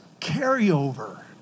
carryover